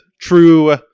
True